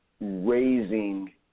raising